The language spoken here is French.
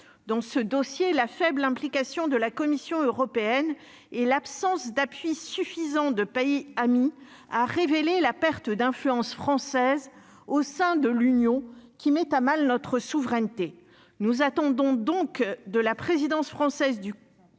dans ce dossier, la faible implication de la Commission européenne et l'absence d'appui suffisant de pays amis, a révélé la perte d'influence française au sein de l'Union qui mettent à mal notre souveraineté, nous attendons donc de la présidence française du Conseil